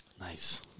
Nice